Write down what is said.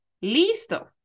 listo